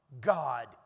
God